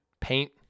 paint